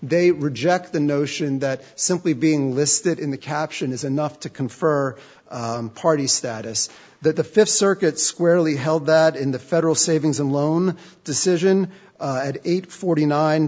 they reject the notion that simply being listed in the caption is enough to confer party status that the fifth circuit squarely held that in the federal savings and loan decision at eight forty nine